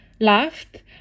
laughed